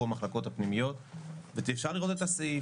המחלקות הפנימיות ואפשר לראות את הסעיף.